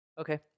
okay